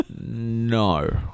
No